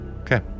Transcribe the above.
Okay